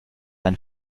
ein